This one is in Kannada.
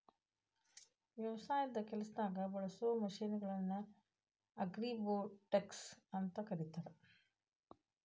ವ್ಯವಸಾಯದ ಕೆಲಸದಾಗ ಬಳಸೋ ಮಷೇನ್ ಗಳನ್ನ ಅಗ್ರಿರೋಬೊಟ್ಸ್ ಅಂತ ಕರೇತಾರ